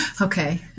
Okay